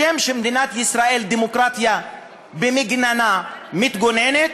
בשם זה שמדינת ישראל דמוקרטיה במגננה, מתגוננת,